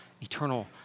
eternal